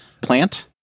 plant